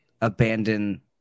abandon